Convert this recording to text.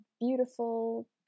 beautiful